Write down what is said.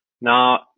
Now